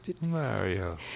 Mario